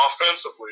offensively